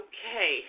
Okay